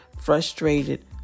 frustrated